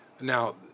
Now